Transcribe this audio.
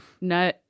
No